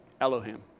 elohim